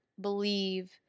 believe